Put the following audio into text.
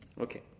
Okay